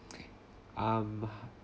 um I